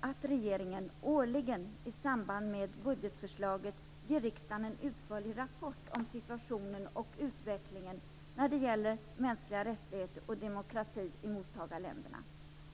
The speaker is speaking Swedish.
att den årligen i samband med budgetförslaget ger riksdagen en utförlig rapport om situationen och utvecklingen när det gäller mänskliga rättigheter och demokrati i mottagarländerna.